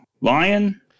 Lion